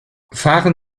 fahren